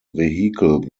vehicle